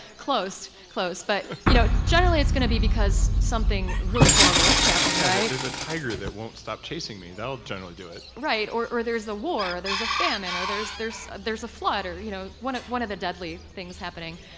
close, close, but you know generally, it's going to be because something really horrible is happening, right? there's a tiger that won't stop chasing me, that will generally do it right, or or there's a war, there's a famine, or there's there's a flood, you know, one of one of the deadly things happening.